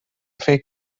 فکر